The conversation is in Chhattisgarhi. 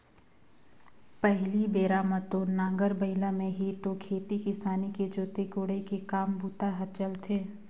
पहिली बेरा म तो नांगर बइला में ही तो खेती किसानी के जोतई कोड़ई के काम बूता हर चलथे